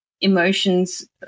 emotions